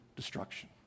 Destruction